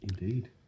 Indeed